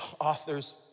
authors